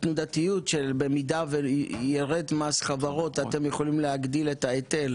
התנודתיות שבמידה וירד מס חברות אתם יכולים להגדיל את ההיטל